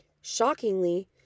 Shockingly